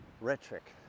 Rhetoric